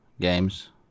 games